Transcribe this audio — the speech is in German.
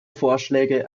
vorschläge